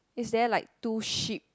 is there like two sheep